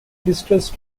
distressed